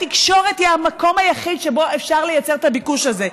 התקשורת היא המקום היחיד שבו אפשר לייצר את הביקוש הזה.